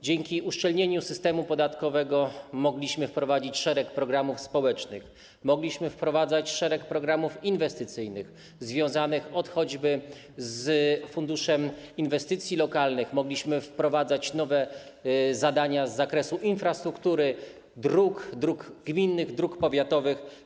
Dzięki uszczelnieniu systemu podatkowego mogliśmy wprowadzić szereg programów społecznych, mogliśmy wprowadzić szereg programów inwestycyjnych związanych choćby z funduszem inwestycji lokalnych, mogliśmy wprowadzić nowe zadania z zakresu infrastruktury, dróg gminnych, dróg powiatowych.